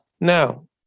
Now